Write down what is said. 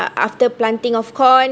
after planting of corn